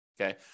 Okay